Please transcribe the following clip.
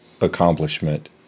accomplishment